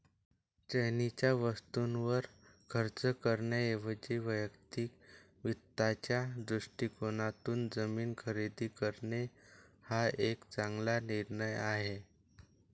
चैनीच्या वस्तूंवर खर्च करण्याऐवजी वैयक्तिक वित्ताच्या दृष्टिकोनातून जमीन खरेदी करणे हा एक चांगला निर्णय आहे